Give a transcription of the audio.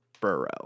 Burrow